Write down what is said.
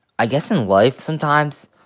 i guess in life sometimes,